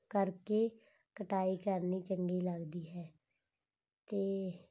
ਕਰਕੇ ਕਟਾਈ ਕਰਨੀ ਚੰਗੀ ਲੱਗਦੀ ਹੈ ਅਤੇ